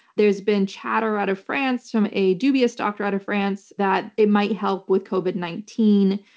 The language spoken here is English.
there's been chatter out of france, from a dubious doctor out of france, that it might help with covid nineteen,